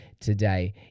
today